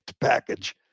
package